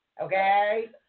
Okay